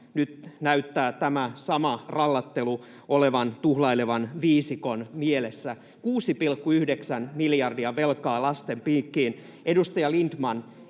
Nyt näyttää tämä sama rallattelu olevan tuhlailevan viisikon mielessä: 6,9 miljardia velkaa lasten piikkiin. Edustaja Lindtman,